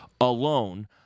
alone